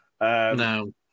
No